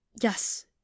Yes